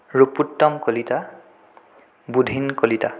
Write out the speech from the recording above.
Rupottam Kalita Budhin Kalita